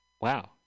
wow